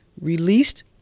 released